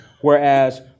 whereas